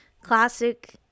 classic